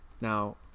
Now